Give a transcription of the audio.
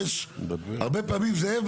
יש הרבה פעמים זאב,